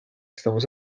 estamos